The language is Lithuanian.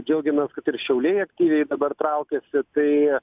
džiaugiamės kad ir šiauliai aktyviai dabar traukiasi tai